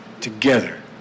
together